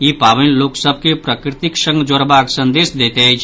ई पावनि लोक सभ के प्रकृतिक संग जोड़बाक संदेश दैत अछि